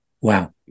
wow